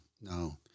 No